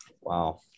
Wow